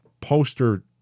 poster